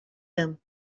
him